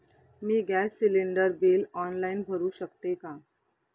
मी gas cylinder bill online भरु शकते का?